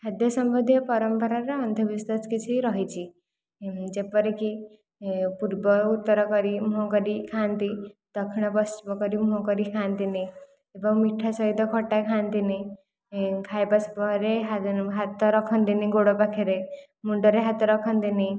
ଖାଦ୍ୟ ସମ୍ବନ୍ଧୀୟ ପରମ୍ପରାର ଅନ୍ଧବିଶ୍ୱାସ କିଛି ରହିଛି ଯେପରିକି ପୂର୍ବ ଉତ୍ତର କରି ମୁଁହ କରି ଖାଆନ୍ତି ଦକ୍ଷିଣ ପଶ୍ଚିମ କରି ମୁହଁ କରି ଖାଆନ୍ତିନି ଏବଂ ମିଠା ସହିତ ଖଟା ଖାଆନ୍ତିନି ଖାଇବା ପରେ ହାତ ରଖନ୍ତିନି ଗୋଡ଼ ପାଖରେ ମୁଣ୍ଡରେ ହାତ ରଖନ୍ତିନି